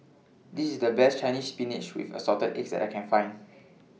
This IS The Best Chinese Spinach with Assorted Eggs that I Can Find